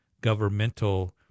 governmental